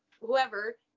whoever